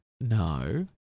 No